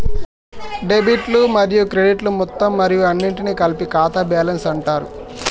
డెబిట్లు మరియు క్రెడిట్లు మొత్తం మరియు అన్నింటినీ కలిపి ఖాతా బ్యాలెన్స్ అంటరు